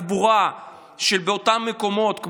ולתחבורה באותם מקומות,